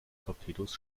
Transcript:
torpedos